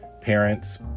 parents